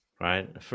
right